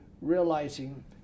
realizing